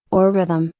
or rhythm,